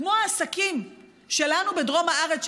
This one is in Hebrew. כמו העסקים שלנו בדרום הארץ,